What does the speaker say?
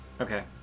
Okay